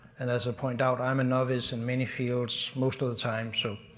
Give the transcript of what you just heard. and as i point out, i'm a novice in many fields most of the time, so.